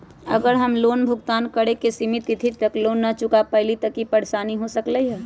अगर हम लोन भुगतान करे के सिमित तिथि तक लोन न चुका पईली त की की परेशानी हो सकलई ह?